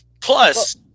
Plus